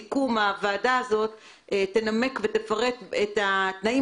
בסיכום הוועדה הזאת תנמק ותפרט את התנאים